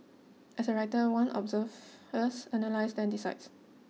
as a writer one observes first analyses and then decides